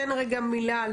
תן רגע מילה על